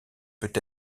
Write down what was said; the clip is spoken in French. peut